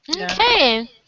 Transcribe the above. Okay